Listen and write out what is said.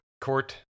court